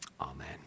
Amen